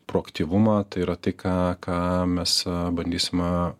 proaktyvumą tai yra tai ką ką mes bandysime